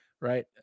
right